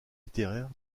littéraires